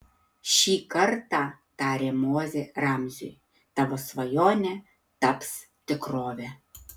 šį kartą tarė mozė ramziui tavo svajonė taps tikrove